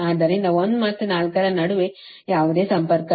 ಆದ್ದರಿಂದ 1 ಮತ್ತು 4 ರ ನಡುವೆ ಯಾವುದೇ ಸಂಪರ್ಕವಿಲ್ಲ